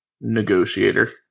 negotiator